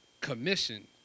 commission